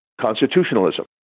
constitutionalism